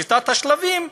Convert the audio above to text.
שיטת השלבים,